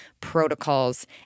protocols